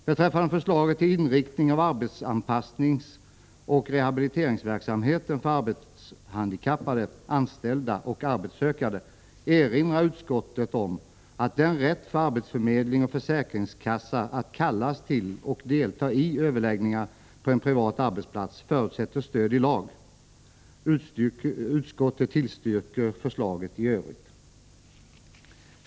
Beträffande förslaget till inriktning av arbetsanpassningsoch rehabiliteringsverksamheten för arbetshandikappade anställda och arbetssökande erinrar utskottet om att rätten för arbetsförmedling och försäkringskassa att kallas till och delta i överläggningar på en privat arbetsplats förutsätter stöd i lag. Utskottet tillstyrker förslaget i övrigt.